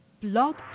Blog